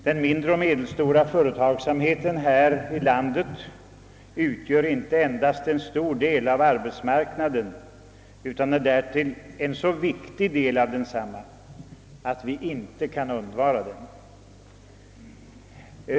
Den mindre och medelstora företagsamheten här i landet utgör inte endast en stor del av arbetsmarknaden, utan är därtill en så viktig del av densamma att vi inte kan undvara den.